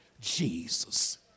Jesus